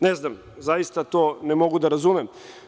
Ne znam, zaista to ne mogu da razumem.